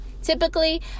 Typically